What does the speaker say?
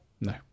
No